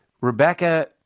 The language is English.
Rebecca